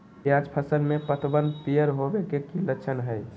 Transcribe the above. प्याज फसल में पतबन पियर होवे के की लक्षण हय?